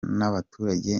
n’abaturage